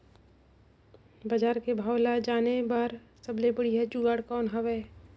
बजार के भाव ला जाने बार सबले बढ़िया जुगाड़ कौन हवय?